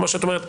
כמו שאת אומרת,